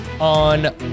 on